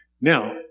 Now